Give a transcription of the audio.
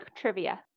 trivia